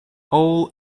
all